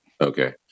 Okay